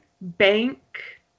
bank